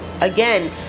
Again